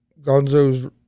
Gonzo's